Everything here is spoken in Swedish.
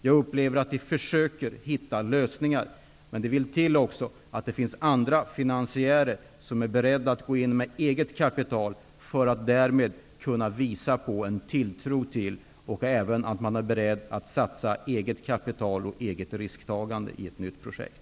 Jag upplever att de försöker hitta lösningar. Men det vill också till att det finns andra finansiärer som är beredda att gå in med eget kapital för att därmed kunna visa på en tilltro till detta och att de även är beredda att satsa eget kapital och att ta egna risker i ett nytt projekt.